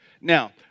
Now